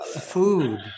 food